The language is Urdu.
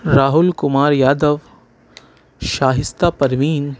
راہل کمار یادو شائستہ پروین